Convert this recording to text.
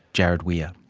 jarrod weir.